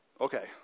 Okay